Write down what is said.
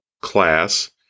class